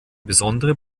besondere